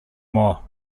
more